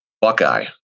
Buckeye